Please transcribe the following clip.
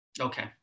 okay